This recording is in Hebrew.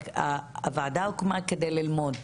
הוועדה הוקמה כדי ללמוד